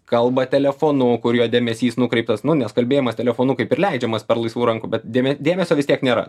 kalba telefonu kur jo dėmesys nukreiptas nu nes kalbėjimas telefonu kaip ir leidžiamas per laisvų rankų bet dėmė dėmesio vis tiek nėra